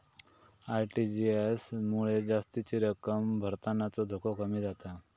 RTGS मुळे जास्तीची रक्कम भरतानाचो धोको कमी जाता